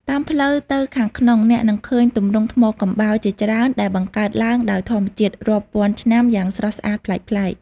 តាមផ្លូវទៅខាងក្នុង អ្នកនឹងឃើញទម្រង់ថ្មកំបោរ ជាច្រើនដែលបង្កើតឡើងដោយធម្មជាតិរាប់ពាន់ឆ្នាំយ៉ាងស្រស់ស្អាតប្លែកៗ។